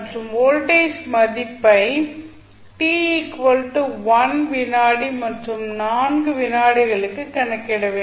மற்றும் வோல்டேஜ் மதிப்பை t 1 வினாடி மற்றும் 4 வினாடிகளுக்கு கணக்கிட வேண்டும்